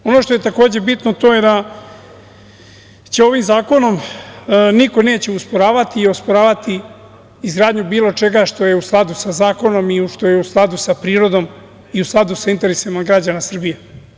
Ono što je takođe bitno, to je da ovim zakonom niko neće usporavati i osporavati izgradnju bilo čega što je u skladu sa zakonom i što je u skladu sa prirodom i u skladu sa interesima građana Srbije.